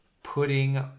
putting